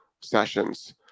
sessions